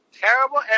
Terrible